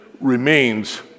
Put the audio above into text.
remains